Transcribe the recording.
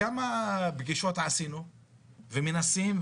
כמה פגישות עשינו ומנסים,